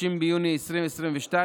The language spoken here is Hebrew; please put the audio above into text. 30 ביוני 2022,